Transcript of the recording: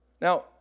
Now